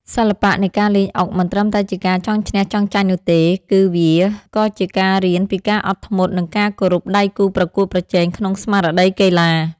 សិល្បៈនៃការលេងអុកមិនត្រឹមតែជាការចង់ឈ្នះចង់ចាញ់នោះទេ គឺ វាក៏ជាការរៀនពីការអត់ធ្មត់និងការគោរពដៃគូប្រកួតប្រជែងក្នុងស្មារតីកីឡា។